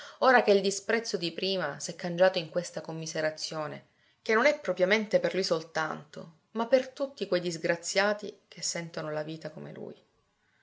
ora che il disprezzo di prima s'è cangiato in questa commiserazione che non è propriamente per lui soltanto ma per tutti quei disgraziati che sentono la vita come lui